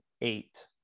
eight